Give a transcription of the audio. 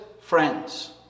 friends